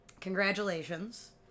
Congratulations